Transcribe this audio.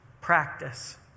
practice